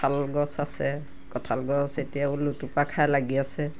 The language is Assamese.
কঁঠাল গছ আছে কঁঠাল গছ এতিয়া থুপা খাই লাগি আছে